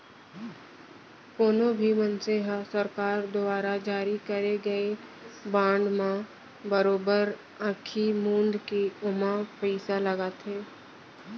कोनो भी मनसे ह सरकार दुवारा जारी करे गए बांड म बरोबर आंखी मूंद के ओमा पइसा लगाथे